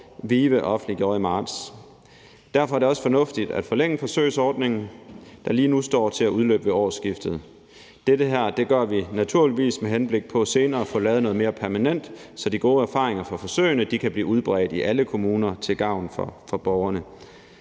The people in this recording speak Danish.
VIVE offentliggjorde i marts. Derfor er det også fornuftigt at forlænge forsøgsordningen, der lige nu står til at udløbe ved årsskiftet. Det gør vi naturligvis med henblik på senere at få lavet noget mere permanent, så de gode erfaringer fra forsøgene kan blive udbredt i alle kommuner til gavn for borgerne.